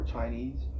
Chinese